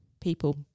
People